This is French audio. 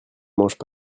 mangent